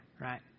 Right